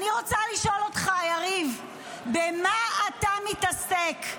אני רוצה לשאול אותך, יריב, במה אתה מתעסק?